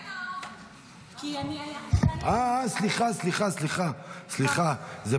אה, סליחה, טעות.